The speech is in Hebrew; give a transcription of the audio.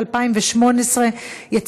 אין נמנעים.